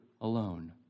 alone